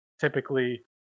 typically